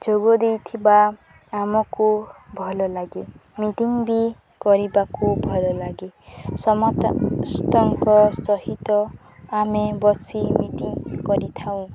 ଯୋଗ ଦେଇଥିବା ଆମକୁ ଭଲ ଲାଗେ ମିଟିଂ ବି କରିବାକୁ ଭଲ ଲାଗେ ସମସ୍ତସ୍ତଙ୍କ ସହିତ ଆମେ ବସି ମିଟିଂ କରିଥାଉ